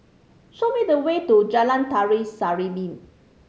show me the way to Jalan Tari Serimpi